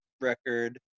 record